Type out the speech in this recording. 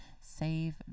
Save